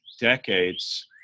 decades